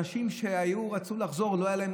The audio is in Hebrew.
אנשים שהיו רצו לחזור, ולא היה להם.